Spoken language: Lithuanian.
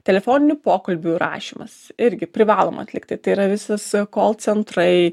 telefoninių pokalbių įrašymas irgi privaloma atlikti tai yra visas call centrai